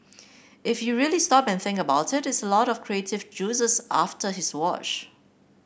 if you really stop and think about it that's a lot of creative juices after his watch